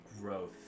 growth